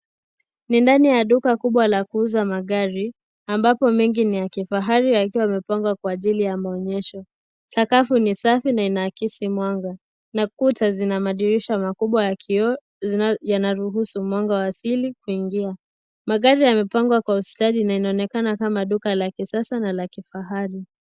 Ni ndani ya duka la kuuza magari ambapo mengi ni ya kifahari yakiwa yamepangwa kwa ajili ya maonyesho sakafu ni safi na inaakisi mwanga na kuta zina madirisha makubwa ya kioo yanaruhusu mwanga wa asili kuingia magari yamepangwa kwa ustadi na inaonekana kama duka la kisasa na la kifahari.